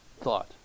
thought